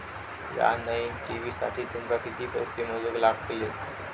या नईन टी.व्ही साठी तुमका किती पैसे मोजूक लागले?